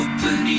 Open